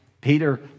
Peter